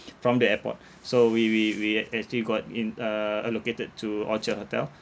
from the airport so we we we ac~ actually got in uh allocated to orchard hotel